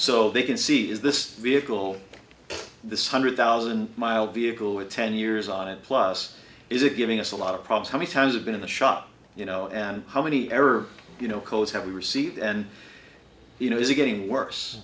so they can see is this vehicle this hundred thousand mile be able with ten years on it plus is it giving us a lot of problems how many times have been in the shop you know and how many ever you know codes have we received and you know is it getting worse